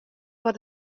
foar